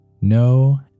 No